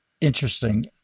Interesting